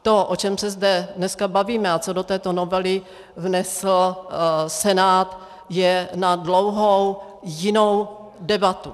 To, o čem se zde dneska bavíme a co do této novely vnesl Senát, je na dlouhou jinou debatu.